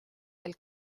del